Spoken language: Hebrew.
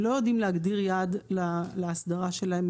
הם לא יודעים להגדיר יעד לאסדרה שלהם,